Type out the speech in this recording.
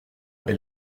est